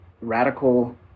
radical